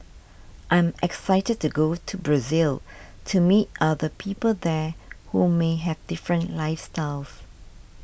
I'm excited to go to Brazil to meet other people there who may have different lives styles